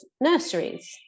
nurseries